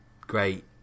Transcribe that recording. great